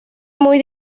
muy